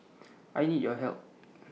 I need your help